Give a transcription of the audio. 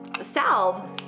salve